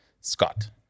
Scott